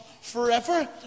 forever